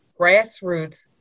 grassroots